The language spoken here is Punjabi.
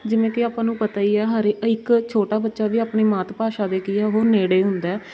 ਜਿਵੇਂ ਕਿ ਆਪਾਂ ਨੂੰ ਪਤਾ ਹੀ ਆ ਹਾਰੇ ਇੱਕ ਛੋਟਾ ਬੱਚਾ ਵੀ ਆਪਣੀ ਮਾਤ ਭਾਸ਼ਾ ਦੇ ਕੀ ਆ ਉਹ ਨੇੜੇ ਹੁੰਦਾ